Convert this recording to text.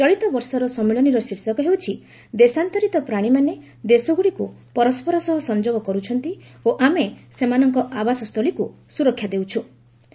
ଚଳିତବର୍ଷର ସମ୍ମିଳନୀର ଶୀର୍ଷକ ହେଉଛି ଦେଶାନ୍ତରିତ ପ୍ରାଣୀମାନେ ଦେଶଗୁଡ଼ିକୁ ପରସ୍କର ସହ ସଂଯୋଗ କରୁଛନ୍ତି ଓ ଆମେ ସେମାନଙ୍କ ଆବାସସ୍ଥଳୀକୁ ସୁରକ୍ଷା ଦେଉଛୁ